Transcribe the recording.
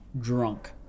drunk